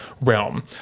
realm